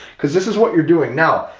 because this is what you're doing now.